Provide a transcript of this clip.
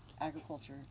agriculture